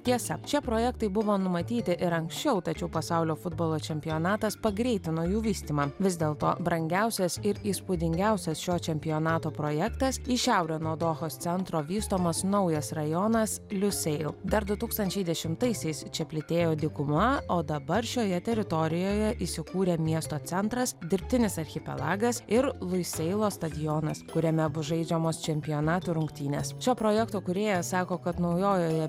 tiesa šie projektai buvo numatyti ir anksčiau tačiau pasaulio futbolo čempionatas pagreitino jų vystymą vis dėl to brangiausias ir įspūdingiausias šio čempionato projektas į šiaurę nuo dohos centro vystomas naujas rajonas liuseil dar du tūkstančiai dešimtaisiais čia plytėjo dykuma o dabar šioje teritorijoje įsikūrė miesto centras dirbtinis archipelagas ir luiseilo stadionas kuriame bus žaidžiamos čempionato rungtynės šio projekto kūrėjas sako kad naujojoje